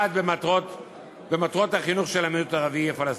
(1) במטרות החינוך של המיעוט הערבי הפלסטיני?